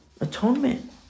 Atonement